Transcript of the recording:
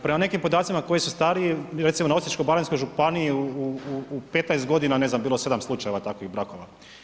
Prema nekim podacima koji su stariji recimo na Osječko-baranjskoj županiji u 15 godina ne znam bilo 7 slučajeva takvih brakova.